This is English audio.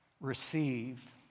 receive